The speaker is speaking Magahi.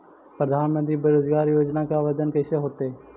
प्रधानमंत्री बेरोजगार योजना के आवेदन कैसे होतै?